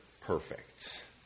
perfect